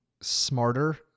smarter